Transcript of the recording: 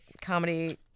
comedy